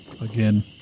again